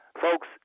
folks